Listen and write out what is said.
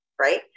Right